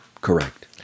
Correct